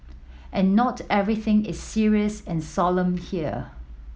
and not everything is serious and solemn here